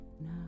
now